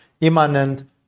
immanent